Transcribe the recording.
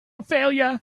failure